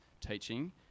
teaching